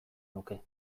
nuke